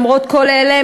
למרות כל אלה,